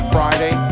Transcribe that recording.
Friday